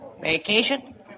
Vacation